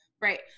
right